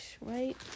right